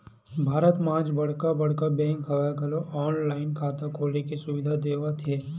भारत म आज बड़का बड़का बेंक ह घलो ऑनलाईन खाता खोले के सुबिधा देवत हे